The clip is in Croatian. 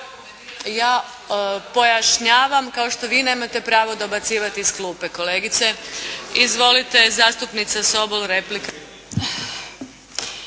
Ja pojašnjavam kao što vi nemate pravo dobacivati iz klupe kolegice. Izvolite zastupnica Sobol, replika.